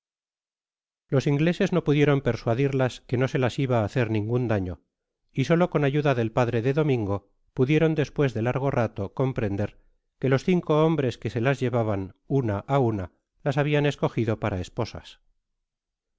los ingleses no pudieron persuadirlas que no se las iba á hacer ningun daño y solo con ayuda del padre de domingo pudieron despues de largo rato comprender que los cineo hombres que se las llevaban una á una las habian escogido para